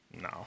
No